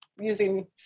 using